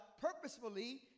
purposefully